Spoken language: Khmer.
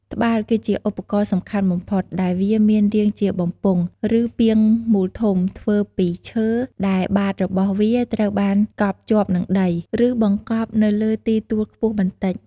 ត្បាល់ គឺជាឧបករណ៍សំខាន់បំផុត ដែលវាមានរាងជាបំពង់ ឬពាងមូលធំ ធ្វើពីឈើ ដែលបាតរបស់វាត្រូវបានកប់ជាប់នឹងដី ឬបង្កប់នៅលើទីទួលខ្ពស់បន្តិច។